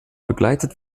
begleitet